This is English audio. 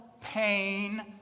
pain